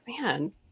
Man